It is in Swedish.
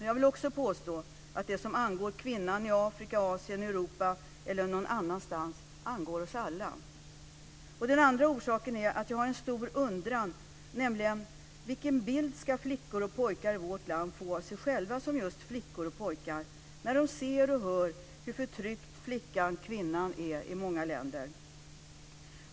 Jag vill påstå att det som angår kvinnan i Afrika, Asien, Europa eller någon annanstans angår oss alla. Den andra orsaken är att jag har en stor undran, nämligen: Vilken bild ska flickor och pojkar i vårt land få av sig själva som just flickor och pojkar när de ser och hör hur förtryckt flickan och kvinnan är i många länder?